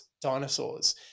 Dinosaurs